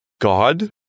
God